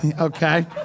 okay